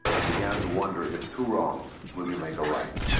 i began to wonder if two wrongs really make a right.